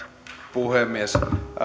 puhemies